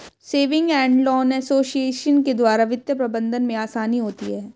saving and loan association के द्वारा वित्तीय प्रबंधन में आसानी होती है